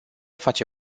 face